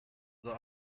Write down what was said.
that